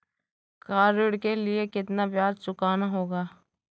Car ऋण के लिए कितना ब्याज चुकाना होगा?